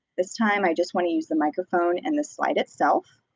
this time, i just wanna use the microphone and the slide itself.